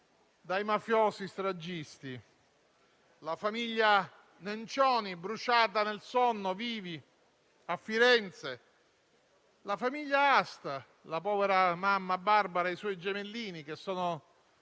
dai mafiosi stragisti: la famiglia Nencioni, bruciata viva nel sonno, a Firenze; la famiglia Asta, con la povera mamma Barbara e i suoi gemellini, che sono